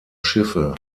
schiffe